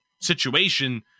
situation